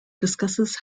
discusses